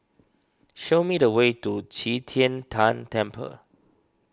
show me the way to Qi Tian Tan Temple